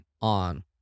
on –